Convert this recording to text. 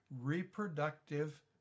reproductive